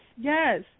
yes